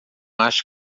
acho